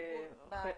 הציבור בארץ.